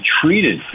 treated